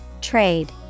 Trade